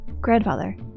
Grandfather